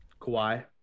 Kawhi